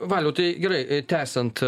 valių tai gerai tęsiant